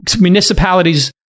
municipalities